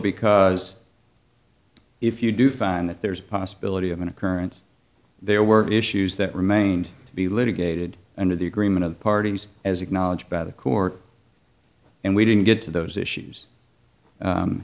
because if you do find that there's a possibility of an occurrence there were issues that remained to be litigated under the agreement of the parties as acknowledged by the court and we didn't get to those issues